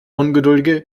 ungeduldige